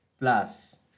plus